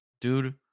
dude